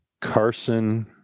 Carson